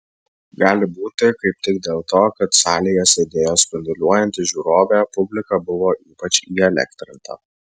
gali būti kaip tik dėl to kad salėje sėdėjo spinduliuojanti žiūrovė publika buvo ypač įelektrinta